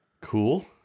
Cool